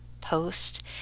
post